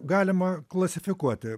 galima klasifikuoti